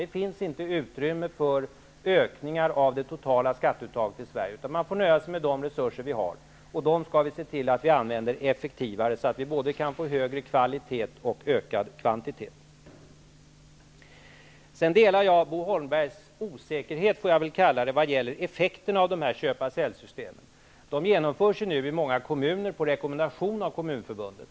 Det finns inte utrymme för ökningar av det totala skatteuttaget i Sverige, utan man får nöja sig med de resurser som finns, och dem skall vi se till att vi använder effektivare, så att vi både kan få högre kvalitet och ökad kvantitet. Jag delar Bo Holmbergs osäkerhet, får jag väl kalla det, när det gäller effekterna av köpa--säljsystemen. De genomförs nu i många kommuner på rekommendation av Kommunförbundet.